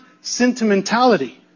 sentimentality